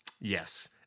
Yes